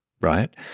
right